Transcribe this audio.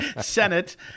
Senate